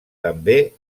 també